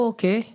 Okay